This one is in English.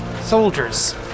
soldiers